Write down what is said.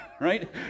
right